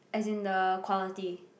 as in the quality